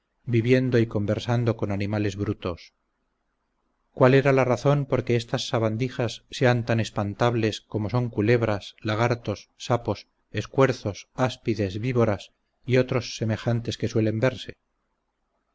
viviendo y conversando con animales brutos cuál era la razón porque estas sabandijas sean tan espantables como son culebras lagartos sapos escuerzos áspides víboras y otras semejantes que suelen verse